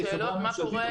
שהיא חברה ממשלתית,